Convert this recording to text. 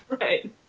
Right